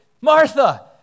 Martha